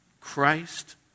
Christ